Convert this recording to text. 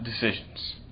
decisions